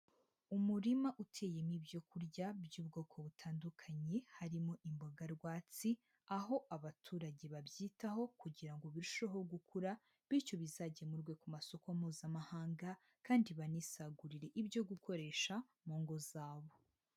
Umurima uteyemo ibyo kurya by'ubwoko butandukanye harimo imboga rwatsi, aho abaturage babyitaho kugira ngo birusheho gukura bityo bizagemurwe ku masoko Mpuzamahanga kandi banisagurire ibyo gukoresha mu ngo zabo.